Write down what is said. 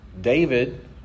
David